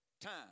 Time